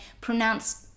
pronounced